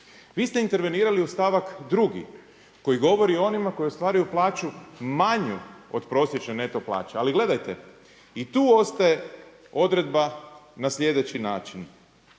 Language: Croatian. Vi ste intervenirali u stavak drugi koji govori o onima koji ostvaruju plaću manju od prosječne neto plaće. Ali gledajte i tu ostaje odredba na sljedeći način,